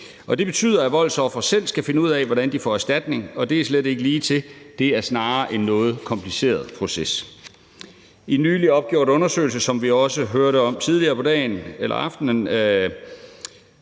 det betyder, at voldsofre selv skal finde ud af, hvordan de får erstatning, og det er slet ikke ligetil. Det er snarere en noget kompliceret proces. I en nyligt opgjort undersøgelse, som vi også hørte om tidligere på dagen, eller aftenen,